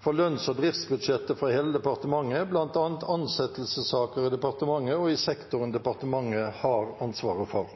for lønns- og driftsbudsjettet for hele departementet, blant annet ansettelsessaker i departementet og i sektoren departementet har ansvaret for.